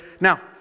Now